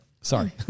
sorry